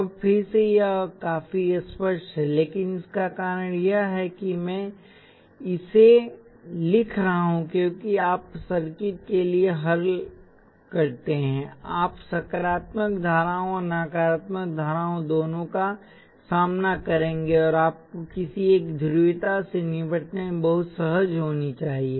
अब फिर से यह काफी स्पष्ट है लेकिन इसका कारण यह है कि मैं इसे लिख रहा हूं क्योंकि आप सर्किट के लिए हल करते हैं आप सकारात्मक धाराओं और नकारात्मक धाराओं दोनों का सामना करेंगे और आपको किसी एक ध्रुवीयता से निपटने में बहुत सहज होना चाहिए